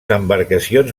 embarcacions